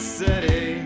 city